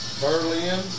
Berlin